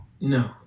No